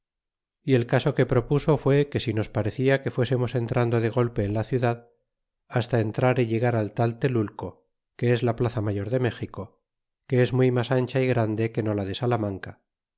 y el caso que propuso fue que si nos parecia que fuésemos entrando de golpe en la ciudad hasta entrar y llegar al tal telulco que es la plaza mayor de méxico que es muy mas ancha y grande que no la de salamanca